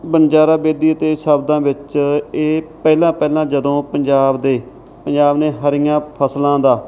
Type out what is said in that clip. ਵਣਜਾਰਾ ਬੇਦੀ ਦੇ ਸ਼ਬਦਾਂ ਵਿੱਚ ਇਹ ਪਹਿਲਾ ਪਹਿਲਾਂ ਜਦੋਂ ਪੰਜਾਬ ਦੇ ਪੰਜਾਬ ਨੇ ਹਰੀਆਂ ਫ਼ਸਲਾਂ ਦਾ